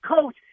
coach